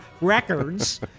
records